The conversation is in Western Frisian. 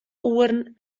oeren